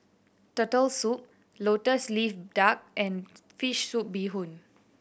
Turtle Soup Lotus Leaf Duck and fish soup bee hoon